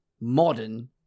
modern